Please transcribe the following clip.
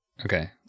Okay